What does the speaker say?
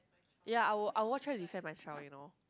ya I will I would want to send my child you know